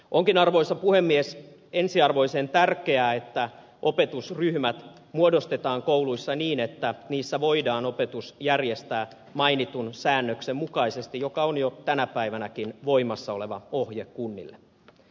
onkin arvoisa puhemies ensiarvoisen tärkeää että opetusryhmät muodostetaan kouluissa niin että niissä voidaan opetus järjestää mainitun säännöksen mukaisesti joka on jo tänä päivänäkin voimassa oleva ohje kunnille